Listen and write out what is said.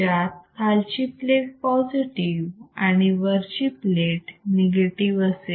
ज्यात खालची plate positive आणि वरची प्लेट निगेटिव असेल